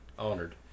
honored